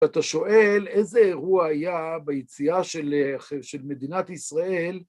אתה שואל, איזה אירוע היה ביציאה של מדינת ישראל?